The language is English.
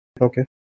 Okay